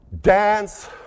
Dance